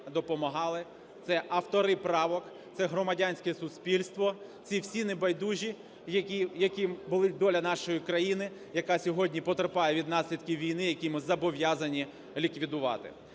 допомагали, це автори правок, це громадянське суспільство – ці всі небайдужі, яким болить доля нашої країни, яка сьогодні потерпає від наслідків війни, які ми зобов'язані ліквідувати.